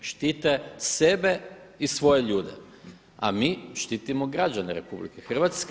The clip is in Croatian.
Štite sebe i svoje ljude, a mi štitimo građane RH.